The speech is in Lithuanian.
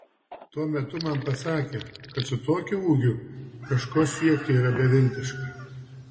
tuo metu man pasakė kad su tokiu ūgiu kažko siekti yra beviltiška